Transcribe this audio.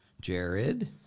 Jared